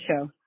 show